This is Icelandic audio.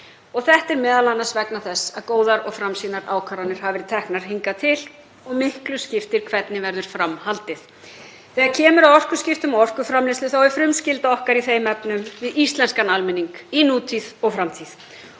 Þetta er vegna þess að góðar og framsýnar ákvarðanir hafa verið teknar hingað til. Og miklu skiptir hvernig verður fram haldið. Þegar kemur að orkuskiptum og orkuframleiðslu þá er frumskylda okkar í þeim efnum við íslenskan almenning í nútíð og framtíð.